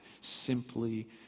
simply